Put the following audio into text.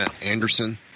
Anderson